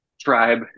tribe